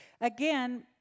Again